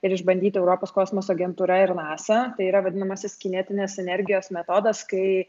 ir išbandyti europos kosmoso agentūra ir nasa tai yra vadinamasis kinetinės energijos metodas kai